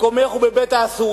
מקומך הוא בבית-האסורים.